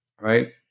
right